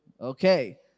Okay